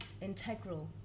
integral